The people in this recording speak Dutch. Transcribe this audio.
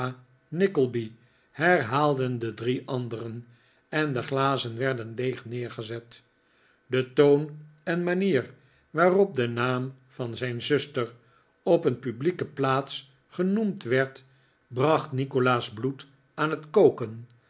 nickleby herhaalden de drie anderen en de glazen werden leeg neergezet de toon en manier waarop de naam van zijn zuster op een publieke plaats genoemd werd bracht nikolaas bloed aan het koken